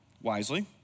wisely